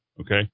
Okay